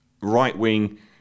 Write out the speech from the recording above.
right-wing